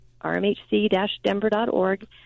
rmhc-denver.org